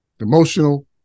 emotional